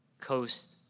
coast